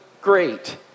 Great